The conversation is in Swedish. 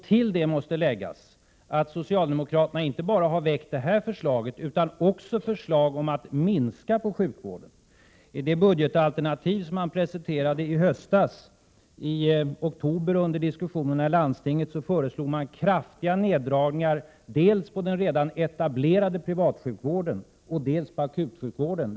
Till det måste läggas att socialdemokraterna inte bara har väckt det här förslaget utan också förslag om att minska på sjukvården. I det budgetalternativ som de presenterade i höstas under diskussionen i landstinget föreslog de kraftiga neddragningar dels på den redan etablerade privatsjukvården, dels på akutsjukvården.